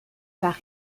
par